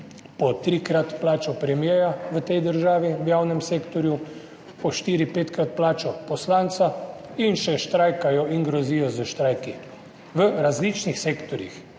trikratno plačo premierja v tej državi, v javnem sektorju po štirikratno, petkratno plačo poslanca in še štrajkajo in grozijo s štrajki, v različnih sektorjih.